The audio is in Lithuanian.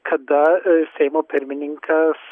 kada seimo pirmininkas